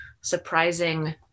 surprising